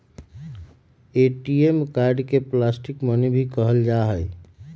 ATM card के plastic money भी कहल जाहई